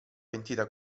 pentita